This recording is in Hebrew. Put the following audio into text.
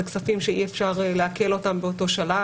אלה כספים שאי אפשר לעקל באותו שלב,